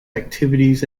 activities